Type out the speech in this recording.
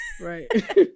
Right